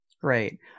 Great